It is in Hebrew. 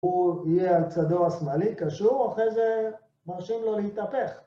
הוא יהיה על צדו השמאלי קשור, אחרי זה מרשים לו להתהפך.